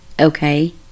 Okay